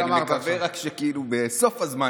ואני רק מקווה שהיא תגיע בסוף הזמן,